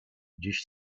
dziś